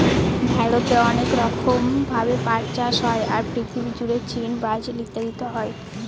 ভারতে অনেক রকম ভাবে পাট চাষ হয়, আর পৃথিবী জুড়ে চীন, ব্রাজিল ইত্যাদিতে হয়